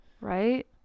Right